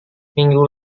minggu